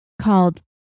called